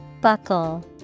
Buckle